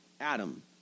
Adam